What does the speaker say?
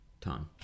Time